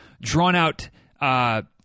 drawn-out